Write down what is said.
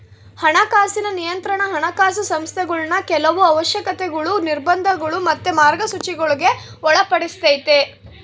ಹಣಕಾಸಿನ ನಿಯಂತ್ರಣಾ ಹಣಕಾಸು ಸಂಸ್ಥೆಗುಳ್ನ ಕೆಲವು ಅವಶ್ಯಕತೆಗುಳು, ನಿರ್ಬಂಧಗುಳು ಮತ್ತೆ ಮಾರ್ಗಸೂಚಿಗುಳ್ಗೆ ಒಳಪಡಿಸ್ತತೆ